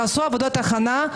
תעשו עבודת הכנה,